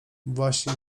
właśnie